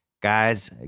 Guys